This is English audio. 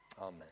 Amen